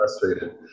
Frustrated